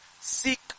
Seek